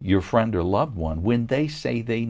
your friend or loved one when they say they